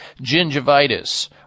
gingivitis